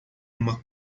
uma